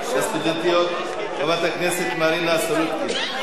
לסטודנטיות) חברת הכנסת מרינה סולודקין,